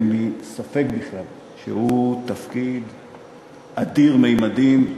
אין לי ספק בכלל שהוא תפקיד אדיר ממדים.